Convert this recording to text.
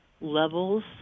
levels